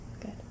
Good